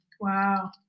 Wow